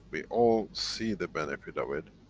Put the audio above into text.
we all see the benefit of it.